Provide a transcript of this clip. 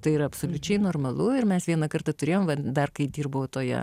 tai yra absoliučiai normalu ir mes vieną kartą turėjom vat dar kai dirbau toje